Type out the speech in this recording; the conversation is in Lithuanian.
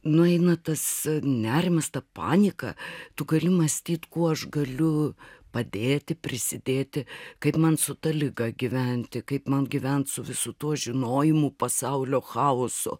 nueina tas nerimas ta panika tu gali mąstyt kuo aš galiu padėti prisidėti kaip man su ta liga gyventi kaip man gyvent su visu tuo žinojimu pasaulio chaoso